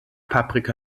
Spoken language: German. paprika